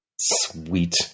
Sweet